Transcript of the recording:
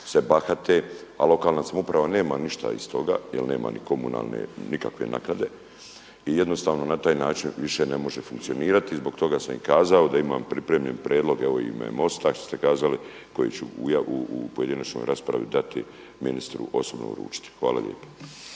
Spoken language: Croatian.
se bahate, a lokalna samouprava nema ništa iz toga, jer nema ni komunalne nikakve naknade i jednostavno na taj način ne može više funkcionirati. Zbog toga sam i kazao da imam pripremljen prijedlog, evo i u ime MOST-a ste kazali koji ću u pojedinačnoj raspravi dati, ministru osobno uručiti. Hvala lijepa.